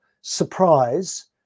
surprise